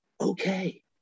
Okay